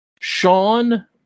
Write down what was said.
Sean